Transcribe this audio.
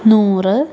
നൂറ്